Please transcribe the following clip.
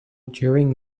during